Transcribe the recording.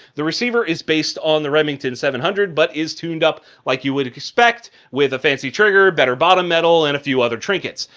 the reciever is based on the remington seven hundred but is tuned up like you would expect with a fancy trigger, better bottom metal and a few other trinkets.